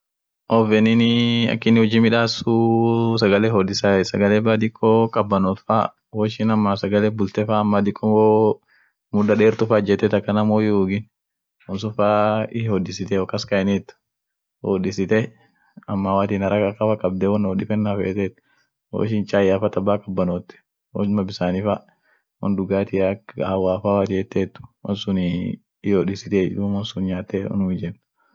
Tostanii stima tumiete, aminen Rediation tumiete, dumii mukaate diimesai. mukate diimesai process rediation iyo conduction tumiete. mukaatea diime duum mukatesun hinbitenie. mukate ta lofuafa itaanan ama mukaate gugurda, barw factoria sun huji isan mukaate diimesaati.